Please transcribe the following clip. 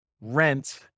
rent